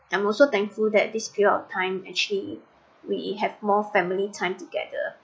I'm also thankful that this period of time actually we have more family time together